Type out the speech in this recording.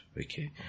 Okay